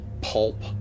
pulp